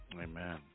Amen